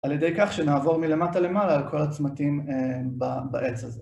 על ידי כך שנעבור מלמטה למעלה על כל הצמתים בעץ הזה.